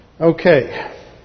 Okay